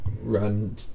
run